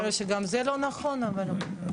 גם זה לא כל כך נכון אבל בסדר.